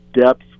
depth